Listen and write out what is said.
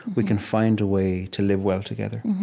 we can find a way to live well together.